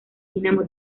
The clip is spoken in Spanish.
dinamo